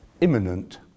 imminent